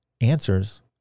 answers